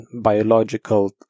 biological